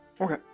Okay